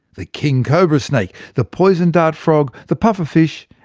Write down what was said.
the king cobra snake, the poison dart frog, the puffer fish,